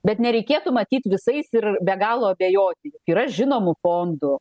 bet nereikėtų matyt visais ir be galo abejoti yra žinomų fondų